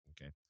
Okay